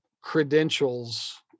credentials